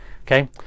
okay